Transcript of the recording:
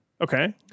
Okay